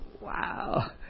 Wow